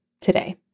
today